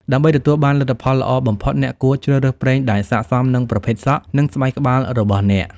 ដើម្បីទទួលបានលទ្ធផលល្អបំផុត អ្នកគួរជ្រើសរើសប្រេងដែលស័ក្តិសមនឹងប្រភេទសក់ និងស្បែកក្បាលរបស់អ្នក។